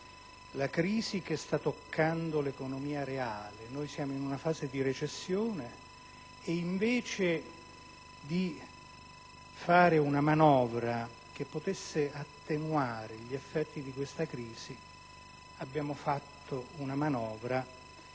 la crisi che sta toccando l'economia reale. Noi siamo in una fase di recessione e invece di varare una manovra che potesse attenuare gli effetti di questa crisi ne abbiamo varata una che